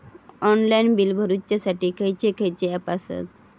Online bill भरुच्यासाठी खयचे खयचे ऍप आसत?